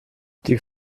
die